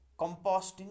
composting